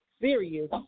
serious